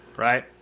Right